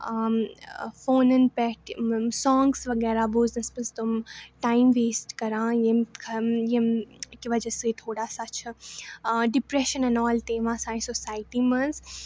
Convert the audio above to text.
آ فونَن پٮ۪ٹھ سانٛگٕس وغیرہ بوزنَس منٛز تِم ٹایِم ویسٹ کَران ییٚمہِ خٲ ییٚمہِ کہِ وجہ سۭتۍ تھوڑا سا چھِ ڈِپریٚشَن ایٚنٛڈ آل تہِ یِوان سانہِ سوسایٹی منٛز